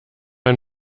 ein